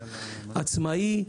עצמאי,